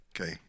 Okay